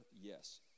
yes